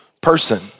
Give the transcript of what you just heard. person